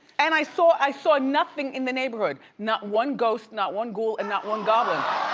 and i saw i saw nothing in the neighborhood. not one ghost, not one ghoul, and not one goblin.